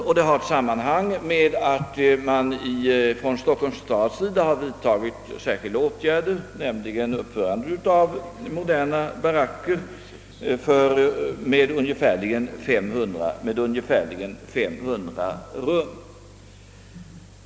Detta har samband med att man från Stockholms stads sida har vidtagit särskilda åtgärder, nämligen uppförandet av moderna baracker med ungefär 500 rum.